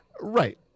Right